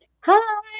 Hi